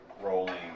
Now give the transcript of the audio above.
rolling